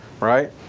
right